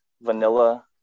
vanilla